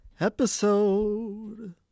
episode